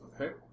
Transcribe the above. Okay